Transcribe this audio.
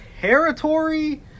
Territory